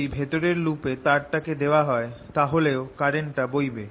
যদি ভেতরের লুপ এ তারটাকে দেওয়া হয় তাহলেও কারেন্টটা বইবে